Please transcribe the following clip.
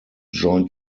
join